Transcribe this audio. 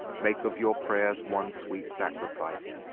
make of your prayers one sweet sacrifice,